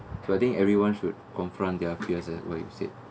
so I think everyone should confront their fears like what you said